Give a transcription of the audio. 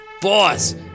Boss